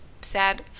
sad